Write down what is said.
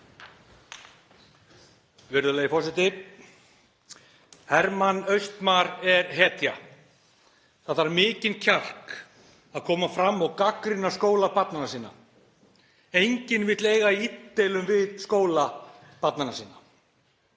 Virðulegi forseti. Hermann Austmar er hetja. Það þarf mikinn kjark til að koma fram og gagnrýna skóla barnanna sinna. Enginn vill eiga í illdeilum við skóla barnanna sinna.